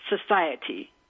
society